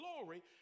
glory